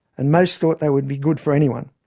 and most thought they would be good for anyone.